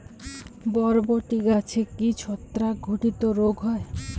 বরবটি গাছে কি ছত্রাক ঘটিত রোগ হয়?